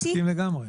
מסכים לגמרי.